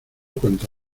cuanto